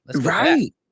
Right